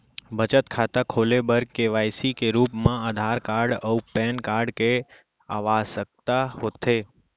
बचत खाता खोले बर के.वाइ.सी के रूप मा आधार कार्ड अऊ पैन कार्ड के आवसकता होथे